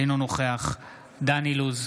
אינו נוכח דן אילוז,